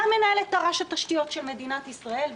אתה מנהל את תר"ש התשתיות של מדינת ישראל,